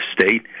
state